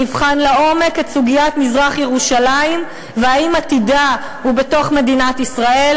נבחן לעומק את סוגיית מזרח-ירושלים ואם עתידה הוא בתוך מדינת ישראל,